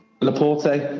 Laporte